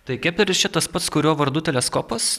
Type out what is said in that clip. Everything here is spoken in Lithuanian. tai kepleris čia tas pats kurio vardu teleskopas